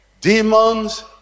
demons